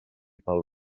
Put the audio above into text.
pel